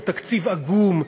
הוא תקציב עגום,